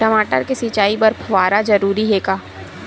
टमाटर के सिंचाई बर फव्वारा जरूरी हे का?